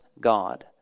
God